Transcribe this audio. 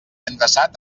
endreçat